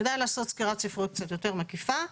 כדאי לעשות סקירת ספרות קצת יותר מקיפה.